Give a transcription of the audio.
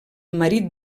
marit